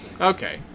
Okay